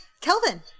Kelvin